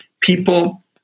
people